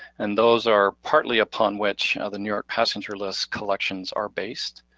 and those are partly upon which the new york passenger list collections are based.